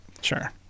Sure